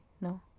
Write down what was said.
no